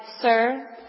Sir